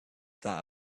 that